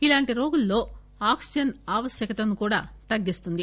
ఇలాంటి రోగుల్లో ఆక్సిజన్ అవశ్యకతను కూడా తగ్గిస్తుంది